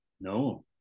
No